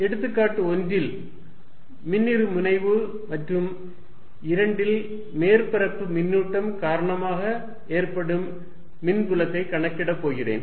எடுத்துக்காட்டு 1 இல் மின்னிருமுனைவு மற்றும் 2 இல் மேற்பரப்பு மின்னூட்டம் காரணமாக ஏற்படும் மின்புலத்தை கணக்கிடப் போகிறேன்